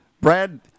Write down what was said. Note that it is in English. Brad